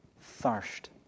thirst